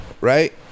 right